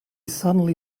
suddenly